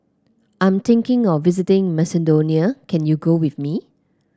I'm thinking of visiting Macedonia can you go with me